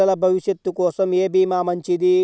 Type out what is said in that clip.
పిల్లల భవిష్యత్ కోసం ఏ భీమా మంచిది?